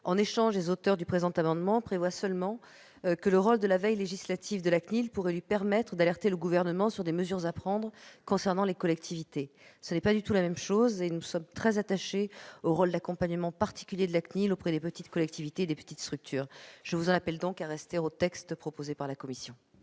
En échange, les auteurs du présent amendement prévoient seulement que le rôle de veille législative de la CNIL pourrait lui permettre d'alerter le Gouvernement sur des mesures à prendre concernant les collectivités. Ce n'est pas du tout la même chose ! Nous sommes très attachés au rôle d'accompagnement de la CNIL auprès des petites collectivités et des petites structures. Je vous appelle donc à en rester au texte proposé par la commission.